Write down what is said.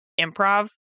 improv